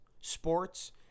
sports